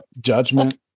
Judgment